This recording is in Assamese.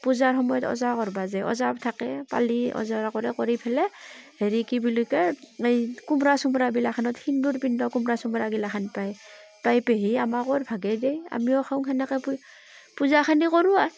পূজাৰ সময়ত ওজা কৰিব যায় ওজা থাকে পালি ওজাৰ কৰে কৰি পেলাই হেৰি কি বুলি কয় এই কোমৰা চোমৰা বিলাখনত সেন্দূৰ পিন্ধোৱা কোমৰা চোমৰা গিলাখান পায় পাই পেহীয়ে আমাকো ভাগেই দিয়ে আমিও খাওঁ সেনেকৈ পূ পূজাখিনিও কৰোঁ আৰু